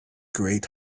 great